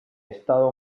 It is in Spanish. estado